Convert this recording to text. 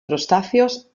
crustáceos